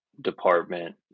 department